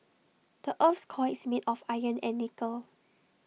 the Earth's core is made of iron and nickel